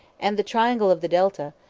and the triangle of the delta,